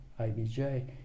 IBJ